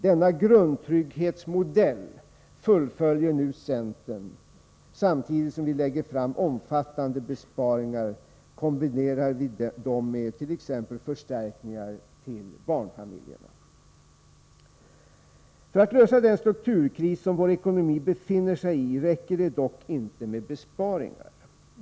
Denna grundtrygghetsmodell fullföljer nu centern. Samtidigt som vi lägger fram omfattande besparingar kombinerar vi dem med t.ex. förstärkningar till barnfamiljerna. För att lösa den strukturkris som vår ekonomi befinner sig i räcker det dock inte med besparingar.